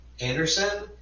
Anderson